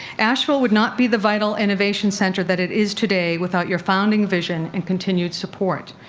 asheville would not be the vital innovation center that it is today without your founding vision and continued support.